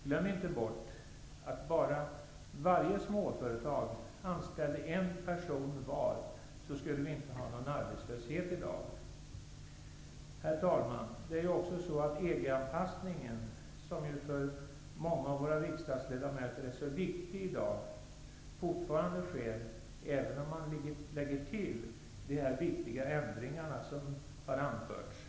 Glöm inte bort att om varje småföretag anställde en person var, skulle vi inte ha någon arbetslöshet i dag! Herr talman! EG-anpassningen -- som ju är så viktig för många av våra riksdagsledamöter i dag -- sker ju fortfarande, även om man lägger till de viktiga ändringar som har anförts här.